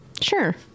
Sure